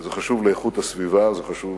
זה חשוב לאיכות הסביבה, זה חשוב